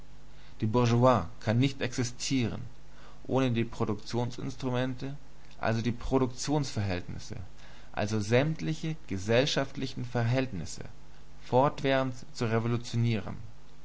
die bourgeoisie kann nicht existieren ohne die produktionsinstrumente also die produktionsverhältnisse also sämtliche gesellschaftlichen verhältnisse fortwährend zu revolutionieren